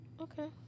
Okay